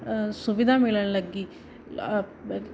ਸੁਵਿਧਾ ਮਿਲਣ ਲੱਗੀ